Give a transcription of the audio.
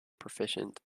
proficient